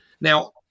Now